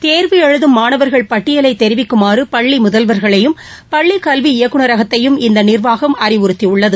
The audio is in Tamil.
தேர்வு எழுதும் மாணவர்கள் பட்டியலை தெிவிக்குமாறு பள்ளி முதல்வர்களையும் பள்ளிக் கல்வி இயக்குனரகத்தையும் இந்த நிர்வாகம் அறிவுறுத்தி உள்ளது